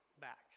back